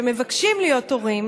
ומבקשים להיות הורים,